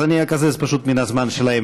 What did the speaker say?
אז אני אקזז פשוט מן הזמן שלהם,